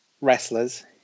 wrestlers